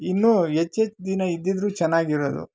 ಇನ್ನೂ ಹೆಚ್ಚೆಚ್ಚ್ ದಿನ ಇದ್ದಿದ್ದರೂ ಚೆನ್ನಾಗಿರೋದು